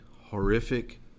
horrific